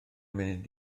munud